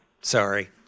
Sorry